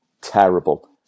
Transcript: terrible